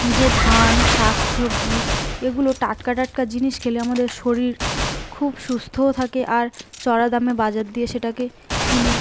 যে ধান শাক সবজি এগুলো টাটকা টাটকা জিনিস খেলে আমাদের শরীর খুব সুস্থও থাকে আর চড়া দামে বাজার দিয়ে সেটাকে কিনে